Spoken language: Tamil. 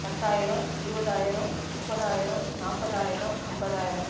பத்தாயிரம் இருபதாயிரம் முப்பதாயிரம் நாற்பதாயிரம் ஐம்பதாயிரம்